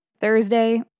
Thursday